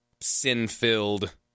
sin-filled